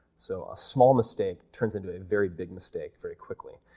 so a small mistake turns into a very big mistake very quickly,